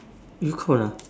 you cold ah